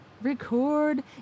record